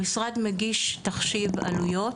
המשרד מגיש תחשיב עלויות